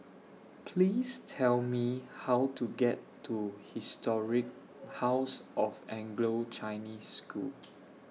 Please Tell Me How to get to Historic House of Anglo Chinese School